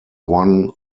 one